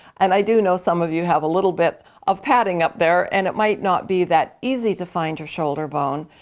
and i do know some of you have a little bit of padding up there and it might not be that easy to find your shoulder bone.